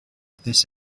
this